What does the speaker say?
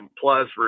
plus